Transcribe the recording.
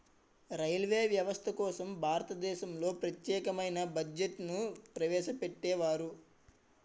railway వ్యవస్థ కోసం భారతదేశంలో ప్రత్యేకమైన బడ్జెట్ను ప్రవేశపెట్టేవారు